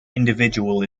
individual